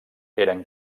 eren